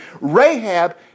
Rahab